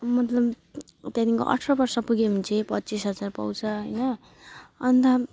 मतलब त्याँदेनको अठाह्र वर्ष पुग्यो भने चाहिँ पच्चिस हजार पाउँछ हैन अनि त